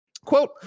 Quote